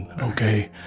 okay